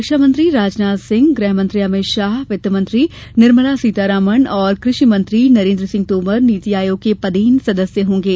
रक्षा मंत्री राजनाथ सिंह गृहमंत्री अमित शाह वित्त मंत्री निर्मला सीतारमण और कृषि मंत्री नरेन्द्र सिंह तोमर नीति आयोग के पदेन सदस्य होंगे